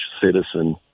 citizen